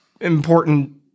important